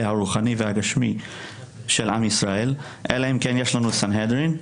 הרוחני והגשמי של עם ישראל אלא אם כן יש לנו סנהדרין,